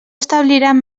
establiran